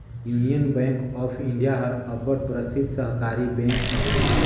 union bank of India हर अब्बड़ परसिद्ध सहकारी बेंक हवे